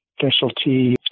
specialty